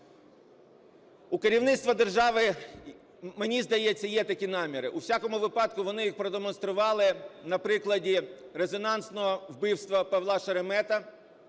У керівництва держави, мені здається, є такі наміри. У всякому випадку вони їх продемонстрували на прикладі резонансного вбивства Павла Шеремета.